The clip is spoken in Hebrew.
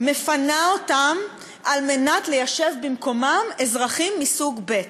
מפנה אותם כדי ליישב במקומם אזרחים מסוג ב',